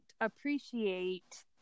appreciate